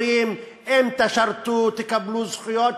אומרים, אם תשרתו, תקבלו זכויות.